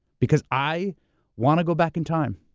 because i wanna go back in time.